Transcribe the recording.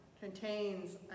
contains